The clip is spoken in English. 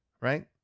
right